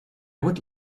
would